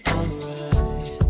Alright